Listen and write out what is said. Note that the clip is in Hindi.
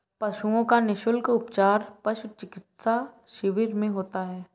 पशुओं का निःशुल्क उपचार पशु चिकित्सा शिविर में होता है